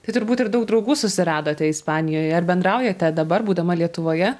tai turbūt ir daug draugų susiradote ispanijoje ar bendraujate dabar būdama lietuvoje